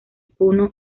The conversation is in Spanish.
puno